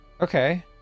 Okay